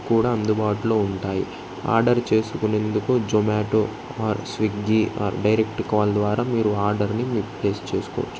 కూడా అందుబాటులో ఉంటాయి ఆర్డర్ చేసుకునేందుకు Zomato or Swiggy or direct call ద్వారా మీరు ఆర్డర్ని మీ ప్లేస్ చేసుకోవచ్చు